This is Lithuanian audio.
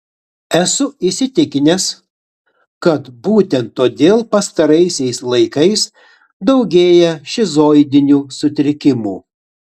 esu įsitikinęs kad būtent todėl pastaraisiais laikais daugėja šizoidinių sutrikimų